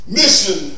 mission